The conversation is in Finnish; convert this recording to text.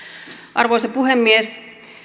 arvoisa puhemies